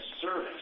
service